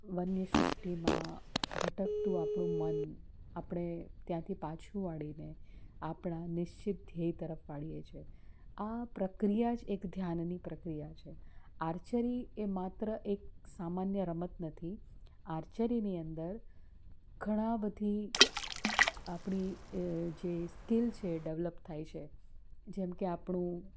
વન્ય સૃષ્ટિમાં ભટકતું આપણું મન આપણે ત્યાંથી પાછું વાળીને આપણાં નિશ્ચિત ધ્યેય તરફ વાળીએ છીએ આ પ્રક્રિયા જ એક ધ્યાનની પ્રક્રિયા છે આર્ચરી એ માત્ર એક સામાન્ય રમત નથી આર્ચરીની અંદર ઘણા બધી આપણી જે સ્કિલ છે ડેવલપ થાય છે જેમ કે આપણું